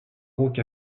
rauque